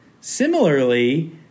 Similarly